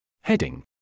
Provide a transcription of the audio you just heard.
Heading